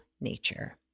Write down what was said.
nature